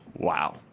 Wow